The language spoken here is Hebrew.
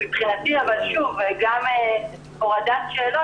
אבל זאת עוד דרך לפנות למשטרה לקריאת עזרה